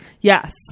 yes